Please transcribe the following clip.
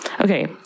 Okay